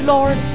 Lord